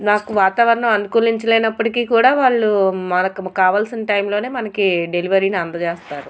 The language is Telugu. నాకు వాతావరణం అనుకూలించలేనప్పటికీ కూడా వాళ్ళు మనకు కావాల్సిన టైంలోనే మనకు డెలివరీని అందజేస్తారు